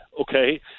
okay